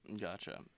gotcha